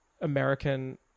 American